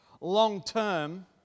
long-term